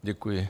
Děkuji.